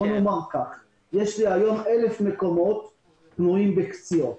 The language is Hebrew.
יש היום אלף מקומות פנויים ב"קציעות".